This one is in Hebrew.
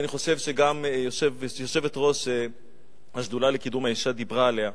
שאני חושב שגם יושבת-ראש השדולה לקידום האשה דיברה עליו.